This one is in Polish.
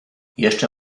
jeszcze